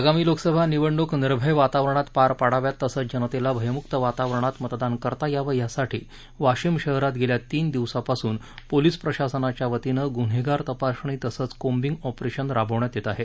आगामी लोकसभा निवडणूक निर्भय वातावरणात पार पडाव्यात तसंच जनतेला भयमुक्त वातावरणात मतदान करता यावं याकरिता वाशिम शहरात गेल्या तीन दिवसापासून पोलीस प्रशासनाच्या वतीनं गुन्हेगार तपासणी तसंच कोंबींग ऑंपरेशन राबवण्यात येत आहे